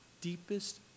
deepest